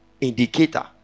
indicator